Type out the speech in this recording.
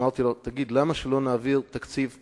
אמרתי לו: תגיד, למה לא תקציב רב-שנתי?